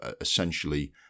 essentially